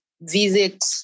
visit